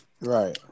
right